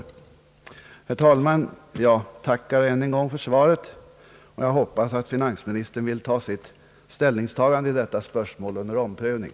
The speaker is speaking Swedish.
Herr talman! Jag tackar än en gång för svaret och hoppas att finansministern vill ta sitt ställningstagande i detta spörsmål under omprövning.